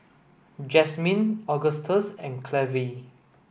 Jazmyne Agustus and Clevie